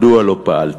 מדוע לא פעלתם?